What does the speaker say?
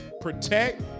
protect